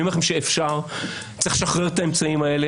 אני אומר לכם שאפשר, צריך לשחרר את האמצעים האלה.